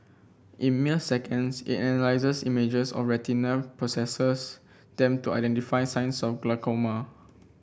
in mere seconds it analyses images of retina processes them to identify signs of glaucoma